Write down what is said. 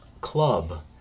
Club